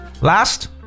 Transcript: Last